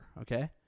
Okay